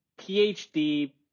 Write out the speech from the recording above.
PhD